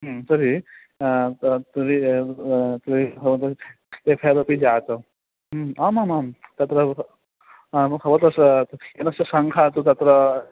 तर्हि त तर्हि ह्यः वदति कस्यापि जातं आमामां तत्र आं भवतः यानस्य सङ्खा तु तत्र